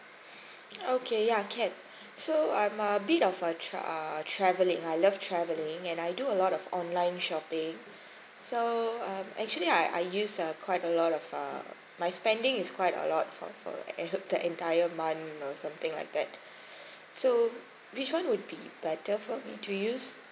okay ya can so I'm a bit of a uh travelling I love travelling and I do a lot of online shopping so uh actually I I use err quite a lot of uh my spending is quite a lot for for the entire month or something like that so which one would be better for me to use